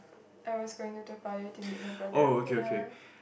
I was going to Toa-Payoh to meet my brother ya